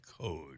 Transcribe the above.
code